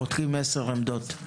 פותחים עשר עמדות.